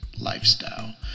lifestyle